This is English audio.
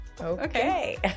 okay